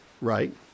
right